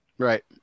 Right